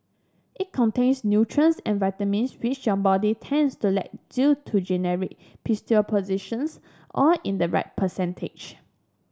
it contains nutrients and vitamins which your body tends to lack due to all in the right percentage